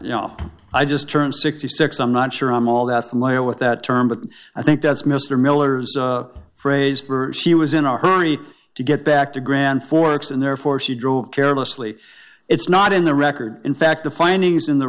you know i just turned sixty six i'm not sure i'm all that familiar with that term but i think that's mr miller's phrase for she was in a hurry to get back to grand forks and therefore she drove carelessly it's not in the record in fact the findings in the